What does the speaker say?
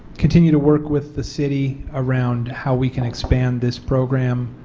continue to work with the city around how we can expand this program